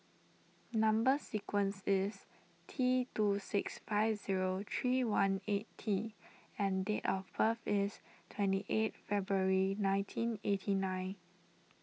Number Sequence is T two six five zero three one eight T and date of birth is twenty eight February nineteen eighty nine